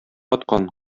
аткан